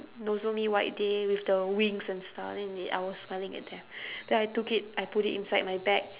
nozomi-white-day with the wings and stuff then they I was smiling at them then I took it I put it inside my bag